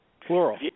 Plural